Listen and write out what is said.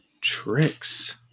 tricks